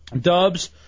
Dubs